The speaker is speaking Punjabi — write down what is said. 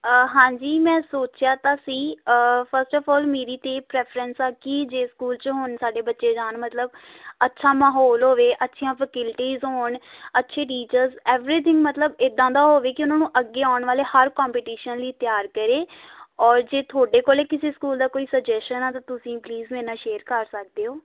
ਹਾਂਜੀ ਮੈਂ ਸੋਚਿਆ ਤਾਂ ਸੀ ਫਸਟ ਔਫ ਔਲ ਮੇਰੀ ਤਾਂ ਪ੍ਰੈਫਰੈਂਸ ਆ ਕਿ ਜੇ ਸਕੂਲ 'ਚ ਹੁਣ ਸਾਡੇ ਬੱਚੇ ਜਾਣ ਮਤਲਬ ਅੱਛਾ ਮਾਹੌਲ ਹੋਵੇ ਅੱਛੀਆਂ ਫੈਸਲਟੀਜ ਹੋਣ ਅੱਛੇ ਟੀਚਰਜ਼ ਐਵਰੀਥਿੰਗ ਮਤਲਬ ਇੱਦਾਂ ਦਾ ਹੋਵੇ ਕਿ ਉਹਨਾਂ ਨੂੰ ਅੱਗੇ ਆਉਣ ਵਾਲੇ ਹਰ ਕੋਂਪੀਟੀਸ਼ਨ ਲਈ ਤਿਆਰ ਕਰੇ ਔਰ ਜੇ ਤੁਹਾਡੇ ਕੋਲ ਕਿਸੇ ਸਕੂਲ ਦਾ ਕੋਈ ਸੁਜੈਸ਼ਨ ਆ ਤਾਂ ਤੁਸੀਂ ਪਲੀਜ਼ ਮੇਰੇ ਨਾਲ ਸ਼ੇਅਰ ਕਰ ਸਕਦੇ ਓਂ